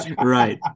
Right